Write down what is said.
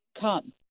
come